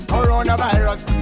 Coronavirus